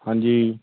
ਹਾਂਜੀ